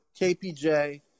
KPJ